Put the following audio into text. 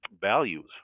values